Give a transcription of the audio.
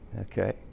Okay